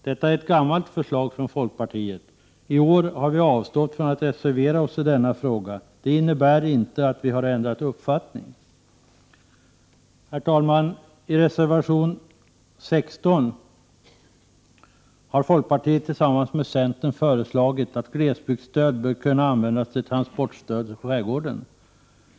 Detta är ett gammalt förslag från folkpartiet. I år har vi avstått från att reservera oss i denna fråga. Det innebär inte att vi har ändrat uppfattning. Herr talman! I reservation 16 har folkpartiet tillsammans med centern föreslagit att glesbygdsstöd bör kunna användas till transportstöd i skärgården.